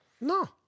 No